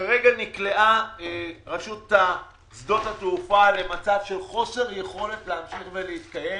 כרגע נקלעה רשות שדות התעופה למצב של חוסר יכולת להמשיך ולהתקיים